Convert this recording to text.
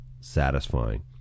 satisfying